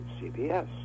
CBS